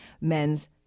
men's